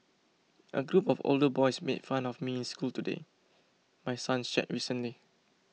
a group of older boys made fun of me in school today my son shared recently